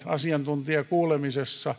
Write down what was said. asiantuntijakuulemisessa